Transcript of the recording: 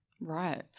Right